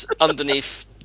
underneath